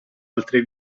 altre